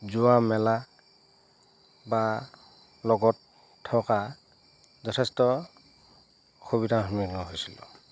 যোৱা মেলা বা লগত থকা যথেষ্ট অসুবিধাৰ সন্মুখীন হৈছিলোঁ